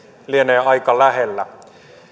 lienee aika lähellä